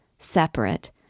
separate